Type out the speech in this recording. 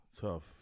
tough